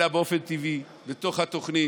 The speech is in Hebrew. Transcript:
אלא באופן טבעי, בתוך התוכנית,